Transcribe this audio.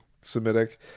Semitic